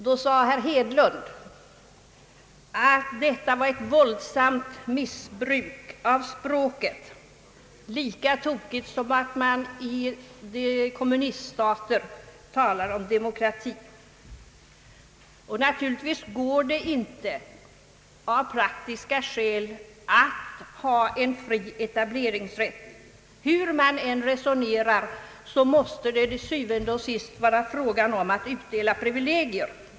Då sade herr Hedlund att här förekom ett våldsamt missbruk av språket, lika tokigt som när det i kommuniststaterna talades om demokrati. Naturligtvis går det inte av praktiska skäl att ha en fri etableringsrätt. Hur man än resonerar måste det til syvende og sidst vara fråga om att utdela privilegier.